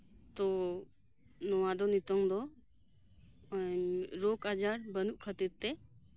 ᱛᱚ ᱱᱚᱣᱟ ᱫᱚ ᱱᱤᱛᱚᱝ ᱫᱚ ᱨᱳᱜ ᱟᱡᱟᱨ ᱵᱟᱹᱱᱩᱜ ᱠᱷᱟᱹᱛᱤᱨ ᱛᱮ